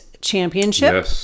championship